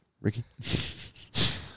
Ricky